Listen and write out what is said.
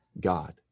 God